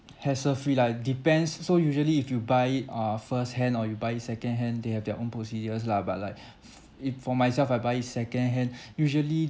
hassle free like depends so usually if you buy it err first hand or you buy it second hand they have their own procedures lah but like f~ it for myself I buy it second hand usually